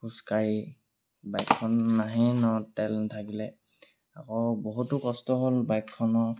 খোজকাঢ়ি বাইকখন নাহেই ন তেল নাথাকিলে আকৌ বহুতো কষ্ট হ'ল বাইকখনৰ